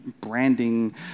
branding